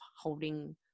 holding